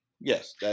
Yes